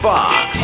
Fox